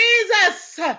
Jesus